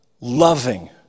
loving